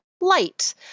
light